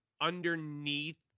underneath